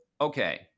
okay